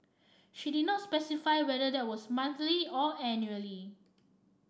she did not specify whether that was monthly or annually